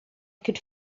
could